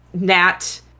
Nat